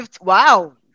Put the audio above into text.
wow